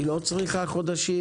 היא לא צריכה חודשים.